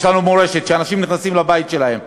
יש לנו מורשת שאנשים נכנסים לבית שלהם.